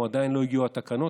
או עדיין לא הגיעו התקנות.